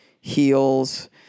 heels